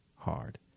hard